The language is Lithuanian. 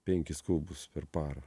penkis kubus per parą